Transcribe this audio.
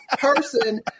person